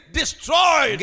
destroyed